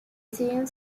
siguen